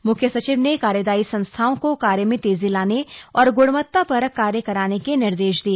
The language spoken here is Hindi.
मुख्य सचिव ने कार्यदायी संस्थाओं को कार्य मे तेजी लाने और ग्णवत्ता परक कार्य कराने के निर्देश दिए